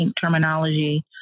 terminology